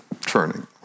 turning